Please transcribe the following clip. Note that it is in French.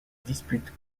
dispute